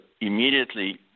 immediately